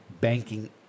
banking